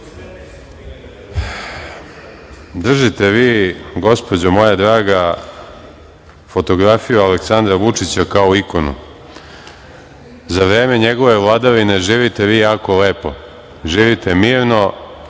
vi, gospođo moja draga fotografiju Aleksandra Vučića kao ikonu za vreme njegove vladavine živite vi jako lepo, živite mirno,